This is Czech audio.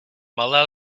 malé